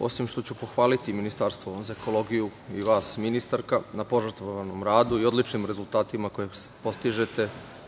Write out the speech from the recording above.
osim što ću pohvaliti Ministarstvo za ekologiju i vas, ministarka, na požrtvovanom radu i odličnim rezultatima koje postižete kako bi